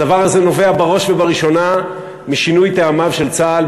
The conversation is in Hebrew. הדבר הזה נובע בראש ובראשונה משינוי טעמיו של צה"ל,